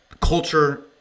culture